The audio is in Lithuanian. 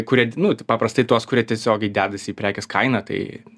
kurie nu paprastai tuos kurie tiesiogiai dedasi į prekės kainą tai